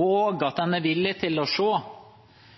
og at en er villig til å